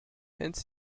hence